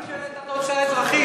אז אל תגיד שהעלית את ההוצאה האזרחית.